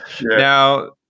now